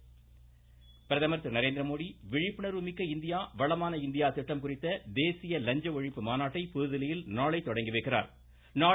பிரதமர் விழிப்புணர்வு வாரம் பிரதமர் திரு நரேந்திரமோடி விழிப்புணர்வு மிக்க இந்தியா வளமான இந்தியா திட்டம் குறித்த தேசிய லஞ்ச ஒழிப்பு மாநாட்டை புதுதில்லியில் நாளை தொடங்கி வைக்கிறார்